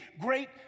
great